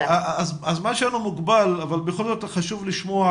הזמן שלנו מוגבל, אבל בכל זאת חשוב לשמוע